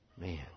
man